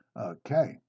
Okay